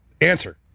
answer